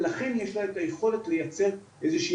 ולכן יש לה את היכולת לייצר איזו שהיא